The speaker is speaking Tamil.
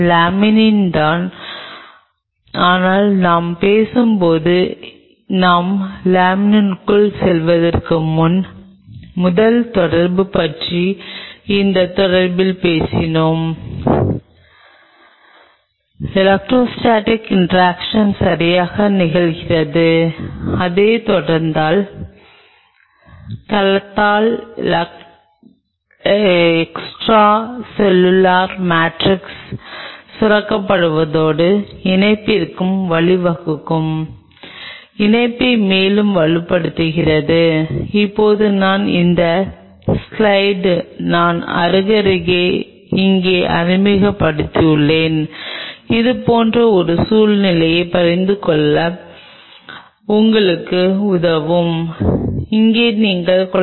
முதலில் மீண்டும் கணக்கிட இங்கே ஒரு செல் இங்கே சப்ஸ்ர்டேட் உள்ளது முதலாவது எலக்ட்ரோ ஸ்டேடிக் இன்டராக்ஷன் ஸ்டெப் ஒன்று அதைத் தொடர்ந்து 2 ஐத் தொடர்ந்து 2 இருக்கும் அந்த நிலைப்படுத்தலின் செல் எங்கே சுரக்கத் தொடங்குகிறது அது சொந்த கூடுதல் செல்லுலார் மேட்ரிக்ஸ் அல்லது ஈ